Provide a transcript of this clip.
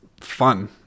fun